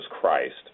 Christ